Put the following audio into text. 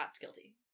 guilty